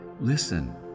Listen